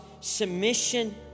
submission